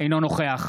אינו נוכח